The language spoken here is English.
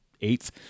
eighth